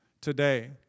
today